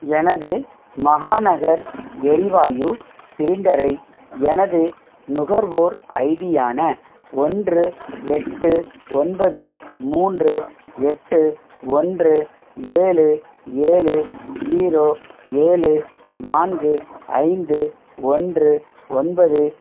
எனது மகாநகர் எரிவாயு சிலிண்டரை எனது நுகர்வோர் ஐடியான ஒன்று எட்டு ஒன்பது மூன்று எட்டு ஒன்று ஏழு ஏழு ஜீரோ ஏழு நான்கு ஐந்து ஒன்று ஒன்பது